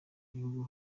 gihugu